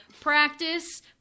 Practice